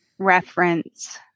reference